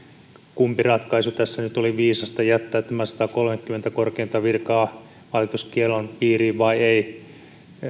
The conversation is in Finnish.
kumpi ratkaisu tässä nyt oli viisasta jättää tämä satakolmekymmentä korkeinta virkaa valituskiellon piiriin vai ei